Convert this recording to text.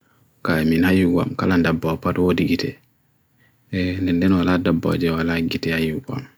kaya min hayu wam kalanda bwa pa dowodi gite nende nwa lada bwa jia wala gite hayu wam nende nwa lada bwa jia wala gite hayu wam